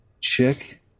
Chick